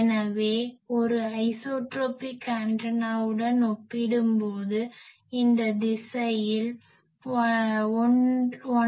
எனவே ஒரு ஐசோட்ரோபிக் ஆண்டனாவுடன் ஒப்பிடும்போது இந்த திசையில் 1